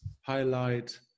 highlight